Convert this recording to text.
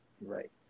right